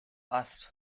ast